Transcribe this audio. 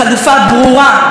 בשביל זה יש אותם.